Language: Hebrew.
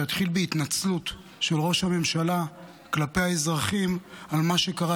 שיתחיל בהתנצלות של ראש הממשלה כלפי האזרחים על מה שקרה.